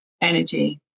energy